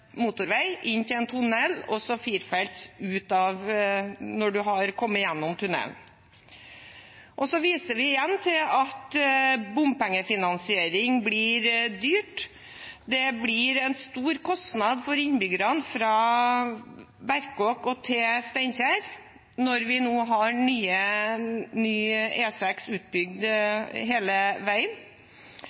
motorvei inn i en tunnel, og så til firefelts når man har kommet gjennom tunnelen. Så viser vi igjen til at bompengefinansiering blir dyrt. Det blir en stor kostnad for innbyggerne fra Berkåk og til Steinkjer når vi nå har ny E6 utbygd hele veien.